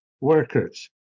workers